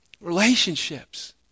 Relationships